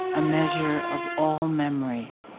a measure of all memory,